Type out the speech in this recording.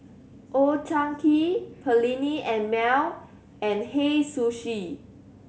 Old Chang Kee Perllini and Mel and Hei Sushi